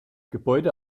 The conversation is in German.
gebäude